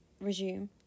resume